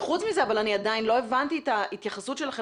אבל עדיין לא הבנתי את ההתייחסות שלכם